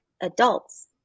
adults